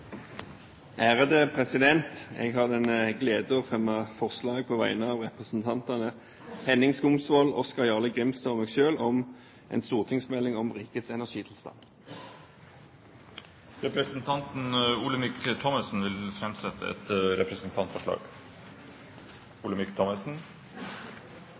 et representantforslag. Jeg har den glede å fremme forslag på vegne av representantene Henning Skumsvoll, Oskar Jarle Grimstad og meg selv om en stortingsmelding om rikets energitilstand. Representanten Olemic Thommessen vil framsette et representantforslag.